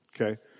Okay